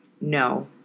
No